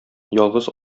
ялгыз